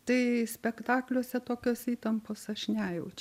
tai spektakliuose tokios įtampos aš nejaučiau